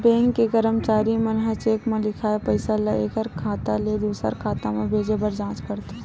bank के करमचारी मन ह चेक म लिखाए पइसा ल एक खाता ले दुसर खाता म भेजे बर जाँच करथे